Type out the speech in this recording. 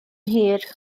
hir